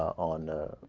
on ah.